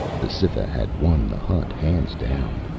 the cytha had won the hunt hands down.